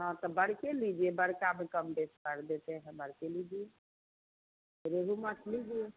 हाँ तो बढ़ कर लीजिए बढ़ के में कमो बेशी कर देते हैं बड़ कर लीजिए रोहू माछ लीजिए